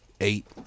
eight